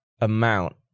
amount